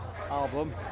album